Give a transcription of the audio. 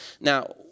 Now